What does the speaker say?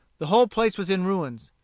the whole place was in ruins.